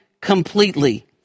completely